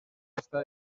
està